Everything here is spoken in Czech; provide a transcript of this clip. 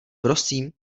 prosím